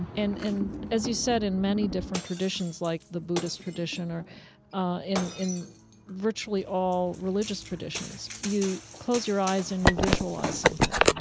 and as you said, in many different traditions, like the buddhist tradition or ah in in virtually all religious traditions, you close your eyes and you visualize something.